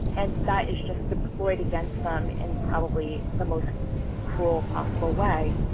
and that is just deployed against them in probably the most cruel possible way